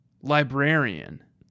librarian